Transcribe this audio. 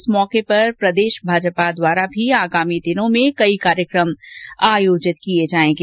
इस अवसर पर प्रदेश भाजपा द्वारा भी आगामी दिनों में कई कार्यक्रम आयोजित किए जाएगे